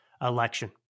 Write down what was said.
election